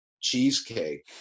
cheesecake